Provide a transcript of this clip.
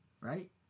Right